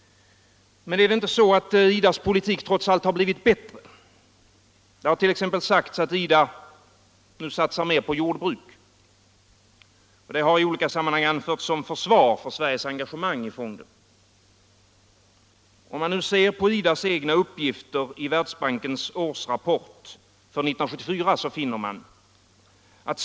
Men har inte IDA:s politik trots allt blivit bättre? Det har t.ex. sagts att IDA nu satsar mer på jordbruk. Det har anförts som försvar för Sveriges engagemang i fonden. Låt oss se på IDA:s egna uppgifter i Världsbankens årsrapport för 1974.